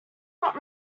not